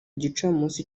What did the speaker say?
gicamunsi